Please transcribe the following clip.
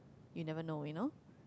you never know you know